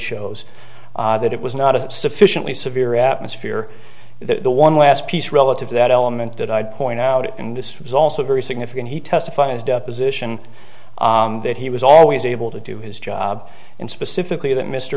shows that it was not a sufficiently severe atmosphere that the one last piece relative that element that i'd point out and this was also very significant he testified as deposition that he was always able to do his job and specifically that mr